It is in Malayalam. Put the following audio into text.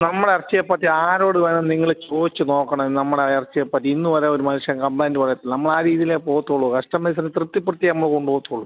നമ്മളുടെ ഇറച്ചിയെ പറ്റി ആരോട് വേണേൽ നിങ്ങള് ചോദിച്ച് നോക്കണം നമ്മളുടെ ഇറച്ചിയെ പറ്റി ഇന്ന് വരെ ഒരു മനുഷ്യൻ കംപ്ലയിൻറ്റ് പറഞ്ഞിട്ടില്ല നമ്മൾ ആ രീതിയിലെ പോകത്തുള്ളു കസ്റ്റമേഴ്സിനെ തൃപ്തിപ്പെടുത്തിയേ നമ്മള് കൊണ്ടുപോകത്തുള്ളു